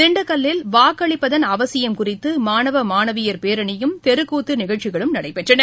திண்டுக்கல்லில் வாக்களிப்பதன் அவசியம் குறித்தமாணவ மாணவியர் பேரணியும் தெருக்கூத்துநிகழ்ச்சிகளும் நடைபெற்றன